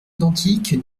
identiques